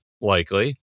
Likely